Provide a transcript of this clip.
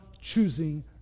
choosing